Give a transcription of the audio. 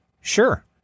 Sure